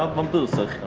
um bambuser.